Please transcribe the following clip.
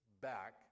back